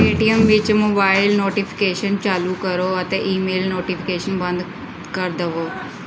Paytm ਵਿੱਚ mobile notification ਚਾਲੂ ਕਰੋ ਅਤੇ ਈਮੇਲ ਨੋਟੀਫਿਕੇਸ਼ਨ ਬੰਦ ਕਰ ਦੇਵੋ